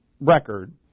record